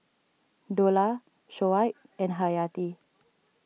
Dollah Shoaib and Hayati